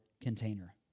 container